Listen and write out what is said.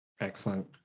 Excellent